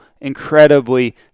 incredibly